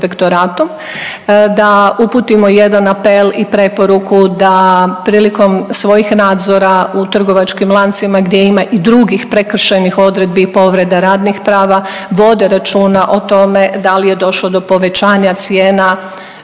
da uputimo jedan apel i preporuku da prilikom svojih nadzora u trgovačkim lancima gdje ima i drugih prekršajnih odredbi i povredi radnih prava vode računa o tome da li je došlo do povećanja cijena